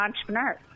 entrepreneur